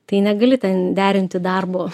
tai negali ten derinti darbo